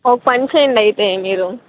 ఒక పని చేయండి అయితే మీరు